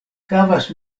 havas